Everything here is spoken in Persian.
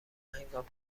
هنگام